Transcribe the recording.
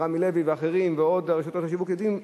"רמי לוי" ועוד רשתות שיווק יודעים,